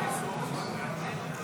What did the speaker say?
נתקבלה.